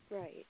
Right